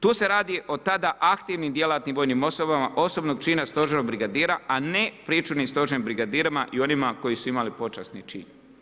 Tu se radi o tada aktivnim djelatnim vojnim osobama osobnog čina stožernog brigadira a ne pričuvnih stožernih brigadirima i onima koji su imali počasni čin.